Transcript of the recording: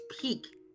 peak